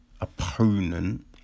opponent